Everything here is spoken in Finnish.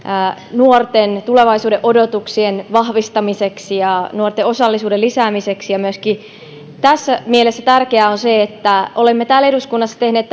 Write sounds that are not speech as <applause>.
nuorten tulevaisuudenodotuksien vahvistamiseksi ja nuorten osallisuuden lisäämiseksi ja myöskin tässä mielessä tärkeää on se että olemme täällä eduskunnassa tehneet <unintelligible>